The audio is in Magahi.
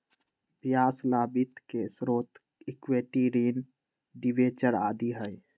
व्यवसाय ला वित्त के स्रोत इक्विटी, ऋण, डिबेंचर आदि हई